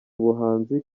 ubuhanzi